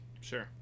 sure